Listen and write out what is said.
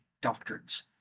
doctrines